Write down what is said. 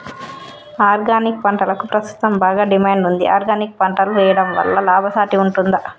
Organic పంటలకు ప్రస్తుతం బాగా డిమాండ్ ఉంది ఆర్గానిక్ పంటలు వేయడం వల్ల లాభసాటి ఉంటుందా?